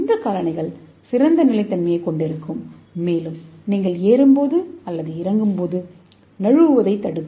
இந்த காலணிகள் சிறந்த நிலைத்தன்மையைக் கொண்டிருக்கும் மேலும் நீங்கள் ஏறும் போது அல்லது இறங்கும்போது நழுவுவதைத் தடுக்கும்